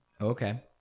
Okay